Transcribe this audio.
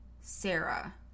Sarah